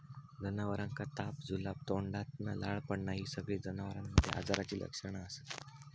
जनावरांका ताप, जुलाब, तोंडातना लाळ पडना हि सगळी जनावरांमध्ये आजाराची लक्षणा असत